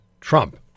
Trump